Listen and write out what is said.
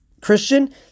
Christian